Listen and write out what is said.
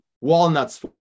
walnuts